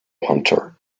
hunter